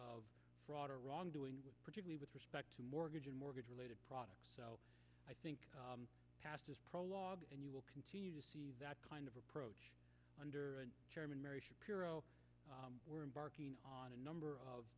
of fraud or wrongdoing particularly with respect to mortgage and mortgage related products so i think past is prologue and you will continue to see that kind of approach under chairman mary shapiro we're embarking on a number of